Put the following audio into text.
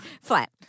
Flat